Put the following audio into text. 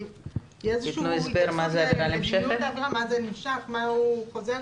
תהיה איזושהי התייחסות מה זה נמשך ומה זה חזור,